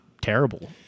terrible